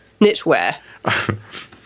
knitwear